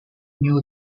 new